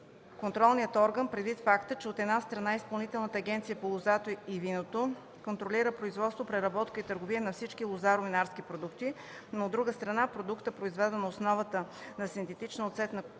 контролният орган предвид факта, че от една страна Изпълнителната агенция по лозата и виното контролира производството, преработката и търговията на всички лозаро-винарски продукти, но от друга страна продуктът, произведен на основата на синтетична оцетна киселина,